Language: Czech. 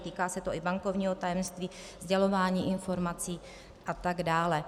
Týká se to i bankovního tajemství, sdělování informací atd.